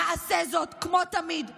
נעשה זאת כמו תמיד בענווה,